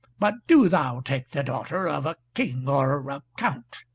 but do thou take the daughter of a king or a count.